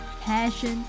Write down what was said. passion